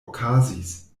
okazis